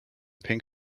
pink